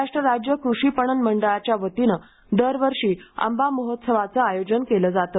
महाराष्ट्र राज्य कृषी पणन मंडळाच्या वतीनं दरवर्षी आंबा महोत्सवाचे आयोजन केले जाते